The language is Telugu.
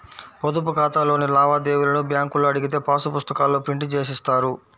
పొదుపు ఖాతాలోని లావాదేవీలను బ్యేంకులో అడిగితే పాసు పుస్తకాల్లో ప్రింట్ జేసి ఇస్తారు